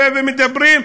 ומדברים,